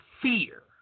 Fear